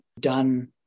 done